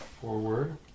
forward